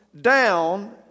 down